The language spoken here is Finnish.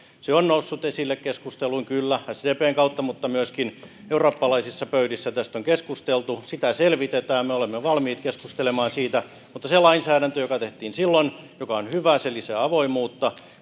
on noussut esille keskusteluun kyllä sdpn kautta mutta myöskin eurooppalaisissa pöydissä tästä on keskusteltu sitä selvitetään me olemme valmiit keskustelemaan siitä mutta se lainsäädäntö joka tehtiin silloin joka on hyvä se lisää avoimuutta